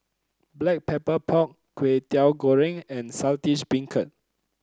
Black Pepper Pork Kwetiau Goreng and Saltish Beancurd